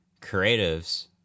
creatives